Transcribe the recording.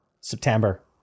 september